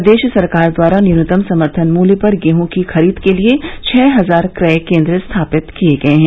प्रदेश सरकार द्वारा न्यूनतम समर्थन मूत्य पर गेहूँ की खरीद के लिये छह हजार क्रय केन्द्र स्थापित किये गये हैं